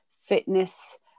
fitness